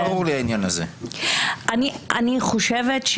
אני לא מבין את ההתנצלות הזאת.